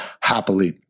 happily